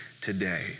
today